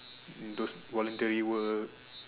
those voluntary work